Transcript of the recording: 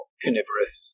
carnivorous